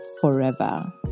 forever